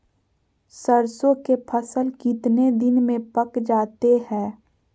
सरसों के फसल कितने दिन में पक जाते है?